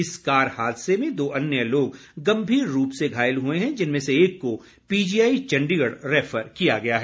इस हादसे में दो अन्य लोग गंभीर रूप से घायल हुए है जिनमें से एक को पीजीआई चंडीगढ़ रैफर किया गया है